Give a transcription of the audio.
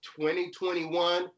2021